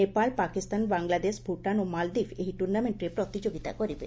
ନେପାଳ ପାକିସ୍ତାନ ବାଙ୍ଗଲାଦେଶ ଭ୍ରଟାନ ଓ ମାଳଦ୍ୱୀପ ଏହି ଟୁର୍ଣ୍ଣାମେଣ୍ଟରେ ପ୍ରତିଯୋଗିତା କରିବେ